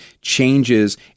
changes